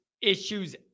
issues